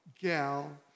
gal